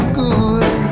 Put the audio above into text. good